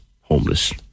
homeless